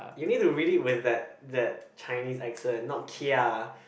you need to really with that that Chinese accent not Kia